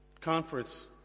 conference